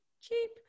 cheap